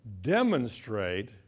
demonstrate